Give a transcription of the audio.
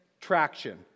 traction